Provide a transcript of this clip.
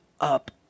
up